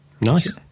Nice